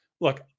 look